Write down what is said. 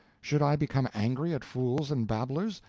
should i become angry at fools and babblers,